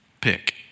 pick